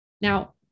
Now